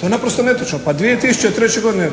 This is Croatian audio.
To je naprosto netočno. Pa 2003. godine,